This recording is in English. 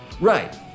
Right